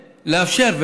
לאפשר.